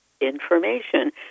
information